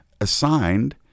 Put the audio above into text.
assigned